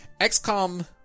XCOM